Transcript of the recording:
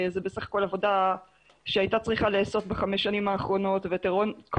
זה בסך הכול עבודה שהייתה צריכה להיעשות בחמש השנים האחרונות והקורונה,